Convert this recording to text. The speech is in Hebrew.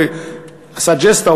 ועשה ג'סטה,